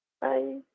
Bye